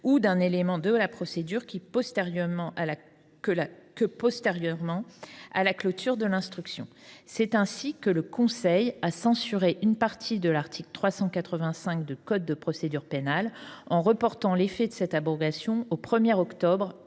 ou d’un élément de la procédure que postérieurement à la clôture de l’instruction ». C’est ainsi que le Conseil constitutionnel a censuré une partie de l’article 385 du code de procédure pénale, en reportant l’effet de cette abrogation au 1 octobre